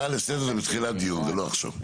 הצעה לסדר זה בתחילת דיון, לא עכשיו.